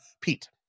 pete